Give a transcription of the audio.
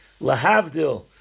lahavdil